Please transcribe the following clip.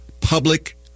public